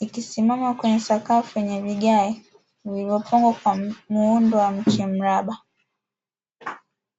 ikisimama kwenye sakafu yenye vigae vilivyopangwa kwa muundo wa mche mraba.